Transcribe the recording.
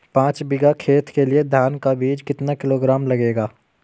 पाँच बीघा खेत के लिये धान का बीज कितना किलोग्राम लगेगा?